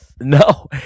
No